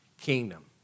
kingdom